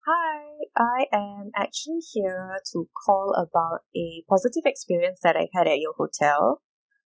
hi I am actually here to call about a positive experience that I had at your hotel